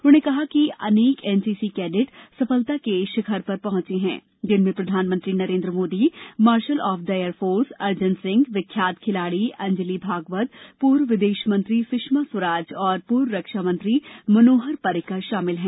उन्होंने कहा कि अनेक एनसीसी कैडट सफलता के शिखर पर पहुंचे हैं जिनमें प्रधानमंत्री Narendra Modi marshal of the air force Arjan Singh विख्यात खिलाड़ी अंजली भागवत पूर्व विदेश मंत्री सुषमा स्वराज और पूर्व रक्षामंत्री मनोहर पर्रिकर शामिल हैं